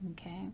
okay